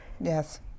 Yes